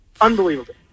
Unbelievable